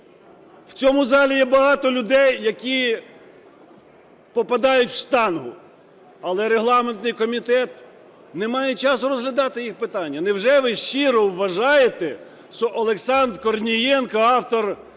В цьому залі є багато людей, які попадають в штангу, але регламентний комітет не має часу розглядати їх питання. Невже ви щиро вважаєте, що Олександр Корнієнко - автор